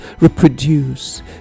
reproduce